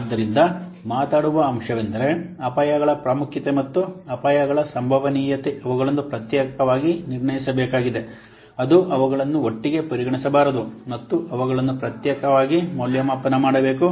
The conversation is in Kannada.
ಆದ್ದರಿಂದ ಮಾತನಾಡುವ ಅಂಶವೆಂದರೆ ಅಪಾಯಗಳ ಪ್ರಾಮುಖ್ಯತೆ ಮತ್ತು ಅಪಾಯಗಳ ಸಂಭವನೀಯತೆ ಅವುಗಳನ್ನು ಪ್ರತ್ಯೇಕವಾಗಿ ನಿರ್ಣಯಿಸಬೇಕಾಗಿದೆ ಅದು ಅವುಗಳನ್ನು ಒಟ್ಟಿಗೆ ಪರಿಗಣಿಸಬಾರದು ಮತ್ತು ಅವುಗಳನ್ನು ಪ್ರತ್ಯೇಕವಾಗಿ ಮೌಲ್ಯಮಾಪನ ಮಾಡಬೇಕು